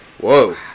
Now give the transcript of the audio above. Whoa